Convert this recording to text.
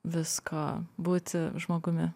visko būti žmogumi